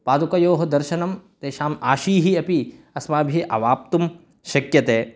पादुकयोः दर्शनं तेषाम् आशीः अपि अस्माभिः अवाप्तुं शक्यते